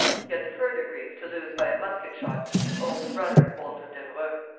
he had the further grief to lose by a musket-shot his only brother walter devereux,